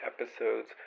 episodes